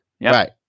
Right